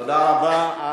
תודה רבה.